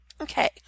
Okay